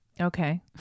Okay